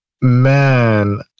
Man